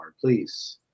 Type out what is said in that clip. please